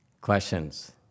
Questions